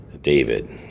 David